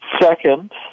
Second